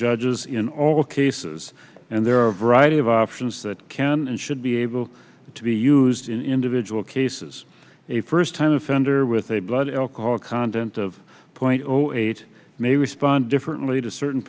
judges in all cases and there are a variety of options that can and should be able to be used in individual cases a first time offender with a blood alcohol content of point zero eight may respond differently to certain